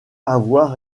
avoir